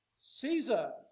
Caesar